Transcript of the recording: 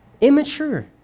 Immature